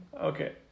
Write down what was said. Okay